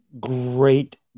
great